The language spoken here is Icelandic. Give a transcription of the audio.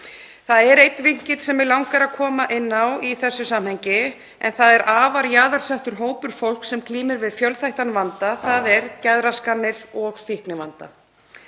Það er einn vinkill sem mig langar að koma inn á í þessu samhengi en það er afar jaðarsettur hópur fólks sem glímir við fjölþættan vanda, þ.e. geðraskanir og fíknivanda.